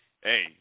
hey